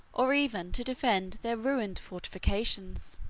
or even to defend their ruined fortifications.